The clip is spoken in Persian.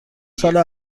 سال